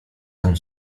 tam